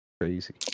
Crazy